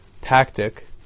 tactic